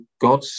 God